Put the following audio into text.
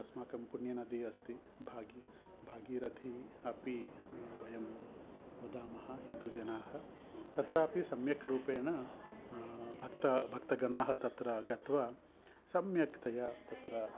अस्माकं पुण्यनदी अस्ति भागी भागीरथी अपि वयं वदामः हिन्दुजनाः तत्रापि सम्यक् रूपेण भक्ताः भक्तगणाः तत्र गत्वा सम्यक्तया तत्र